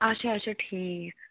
اچھا اچھا ٹھیٖک